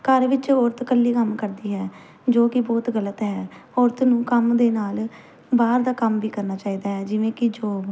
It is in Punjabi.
ਘਰ ਵਿੱਚ ਔਰਤ ਇਕੱਲੀ ਕੰਮ ਕਰਦੀ ਹੈ ਜੋ ਕਿ ਬਹੁਤ ਗਲਤ ਹੈ ਔਰਤ ਨੂੰ ਕੰਮ ਦੇ ਨਾਲ ਬਾਹਰ ਦਾ ਕੰਮ ਵੀ ਕਰਨਾ ਚਾਹੀਦਾ ਹੈ ਜਿਵੇਂ ਕਿ ਜੋਬ